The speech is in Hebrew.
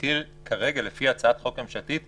לפי הצעת החוק הממשלתית,